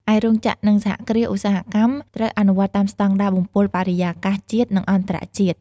ឯរោងចក្រ និងសហគ្រាសឧស្សាហកម្មត្រូវអនុវត្តតាមស្តង់ដារបំពុលបរិយាកាសជាតិ និងអន្តរជាតិ។